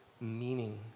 meaning